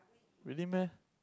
really meh